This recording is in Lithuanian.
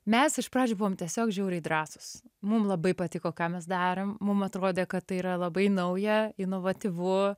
mes iš pradžių buvom tiesiog žiauriai drąsūs mum labai patiko ką mes darom mum atrodė kad tai yra labai nauja inovatyvu